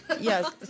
Yes